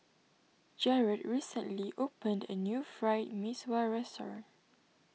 Jerod recently opened a new Fried Mee Sua restaurant